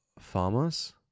Farmers